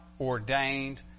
ordained